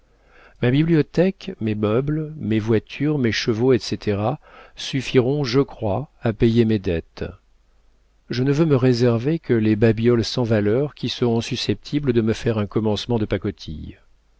ma bibliothèque mes meubles mes voitures mes chevaux etc suffiront je crois à payer mes dettes je ne veux me réserver que les babioles sans valeur qui seront susceptibles de me faire un commencement de pacotille